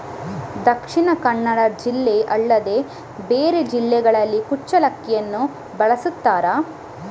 ದಕ್ಷಿಣ ಕನ್ನಡ ಜಿಲ್ಲೆ ಅಲ್ಲದೆ ಬೇರೆ ಜಿಲ್ಲೆಗಳಲ್ಲಿ ಕುಚ್ಚಲಕ್ಕಿಯನ್ನು ಬೆಳೆಸುತ್ತಾರಾ?